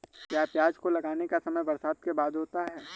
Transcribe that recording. क्या प्याज को लगाने का समय बरसात के बाद होता है?